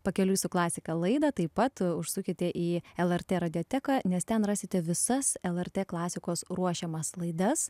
pakeliui su klasika laidą taip pat užsukite į lrt radioteką nes ten rasite visas lrt klasikos ruošiamas laidas